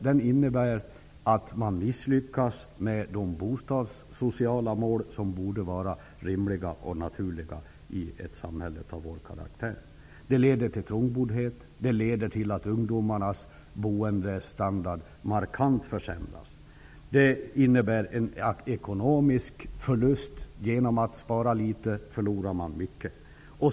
Den innebär att man misslyckas med de bostadssociala mål som borde vara rimliga och naturliga i ett samhälle av Sveriges karaktär. Det leder till trångboddhet. Det leder till att ungdomarnas boendestandard markant försämras. Det innebär en ekonomisk förlust. Genom att spara litet förlorar man mycket.